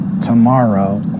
tomorrow